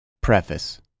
Preface